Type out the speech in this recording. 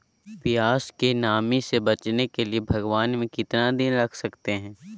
प्यास की नामी से बचने के लिए भगवान में कितना दिन रख सकते हैं?